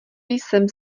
jsem